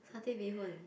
satay bee-hoon